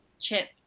chip